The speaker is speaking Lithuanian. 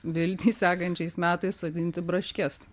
viltį sekančiais metais sodinti braškes